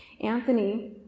Anthony